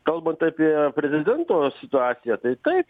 kalbant apie prezidento situaciją tai taip